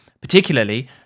particularly